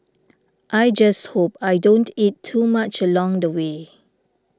I just hope I don't eat too much along the way